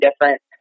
different